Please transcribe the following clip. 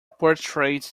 portraits